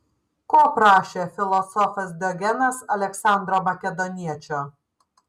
ko prašė filosofas diogenas aleksandro makedoniečio